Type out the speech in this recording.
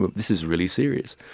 this is really serious.